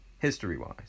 history-wise